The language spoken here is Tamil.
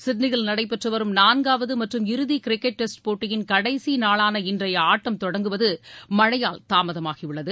சிட்னியில் நடைபெற்று வரும் நான்காவது மற்றும் இறுதி கிரிக்கெட் டெஸ்ட் போட்டியின் கடைசி நாளான இன்றைய ஆட்டம் தொடங்குவது மழையினால் தாமதமாகியுள்ளது